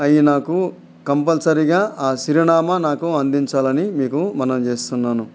అవి నాకు కంపల్సరీగా ఆ చిరునామా నాకు అందించాలని మీకు మనవి చేేస్తున్నాను